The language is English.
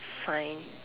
fine